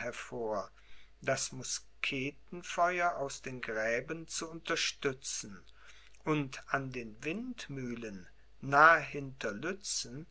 hervor das musketenfeuer aus den gräben zu unterstützen und an den windmühlen nahe hinter lützen